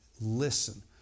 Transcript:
listen